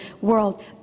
world